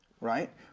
right